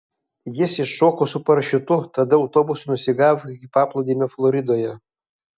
jis iššoko su parašiutu tada autobusu nusigavo iki paplūdimio floridoje